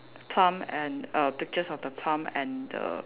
plum and err pictures of the plum and the